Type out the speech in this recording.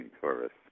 tourists